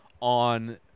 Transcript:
on